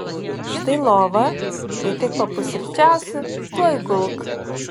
štai lova kai tik papusryčiausi tuoj gulk